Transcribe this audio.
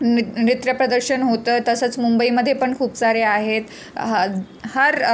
नि चित्र प्रदर्शन होतं तसंच मुंबईमध्ये पण खूप सारे आहेत हा हर